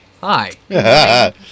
Hi